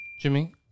Jimmy